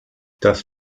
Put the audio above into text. das